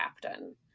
captain